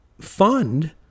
fund